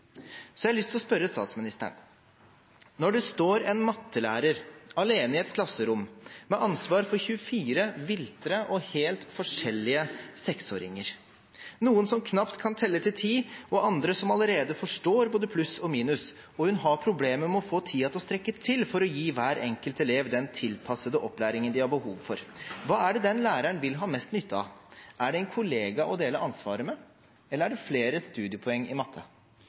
Så jeg har lyst til å spørre statsministeren: Når det står en mattelærer alene i et klasserom, med ansvar for 24 viltre og helt forskjellige seksåringer, noen som knapt kan telle til ti, og andre som allerede forstår både pluss og minus, og hun har problemer med å få tiden til å strekke til for å gi hver enkelt elev den tilpassede opplæringen de har behov for – hva vil den læreren ha mest nytte av? Er det en kollega å dele ansvaret med, eller er det flere studiepoeng i matte?